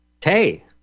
Tay